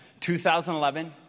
2011